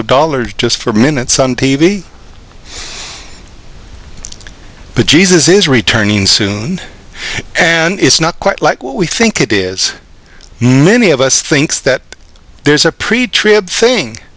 of dollars just for minutes on t v but jesus is returning soon and it's not quite like what we think it is not any of us thinks that there's a